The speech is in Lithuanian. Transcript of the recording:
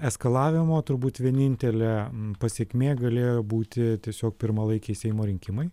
eskalavimo turbūt vienintelė pasekmė galėjo būti tiesiog pirmalaikiai seimo rinkimai